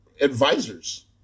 advisors